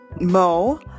Mo